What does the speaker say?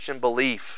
belief